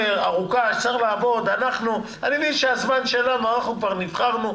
מבין שאנחנו כבר נבחרנו,